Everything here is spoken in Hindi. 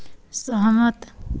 सहमत